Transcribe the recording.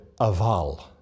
aval